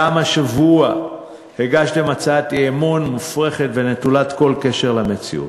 גם השבוע הגשתם הצעת אי-אמון מופרכת ונטולת כל קשר למציאות.